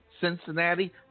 Cincinnati